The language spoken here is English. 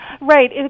Right